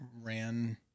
ran